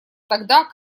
тогда